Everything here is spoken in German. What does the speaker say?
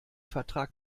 vertrag